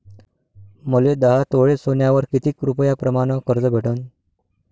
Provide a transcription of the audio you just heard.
मले दहा तोळे सोन्यावर कितीक रुपया प्रमाण कर्ज भेटन?